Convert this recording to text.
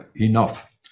enough